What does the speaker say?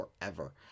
forever